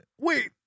Wait